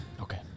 Okay